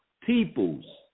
peoples